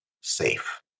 safe